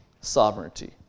sovereignty